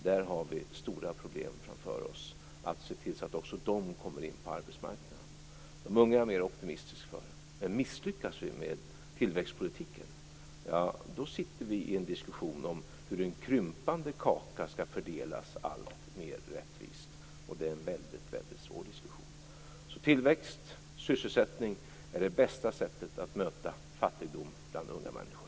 Vi har stora problem framför oss när det gäller att se till så att också de kommer in på arbetsmarknaden. När det gäller de unga är jag mer optimistisk. Men misslyckas vi med tillväxtpolitiken sitter vi i en diskussion om hur en krympande kaka skall fördelas alltmer rättvist. Det är en väldigt svår diskussion. Tillväxt och sysselsättning är det bästa sättet att möta fattigdom bland unga människor.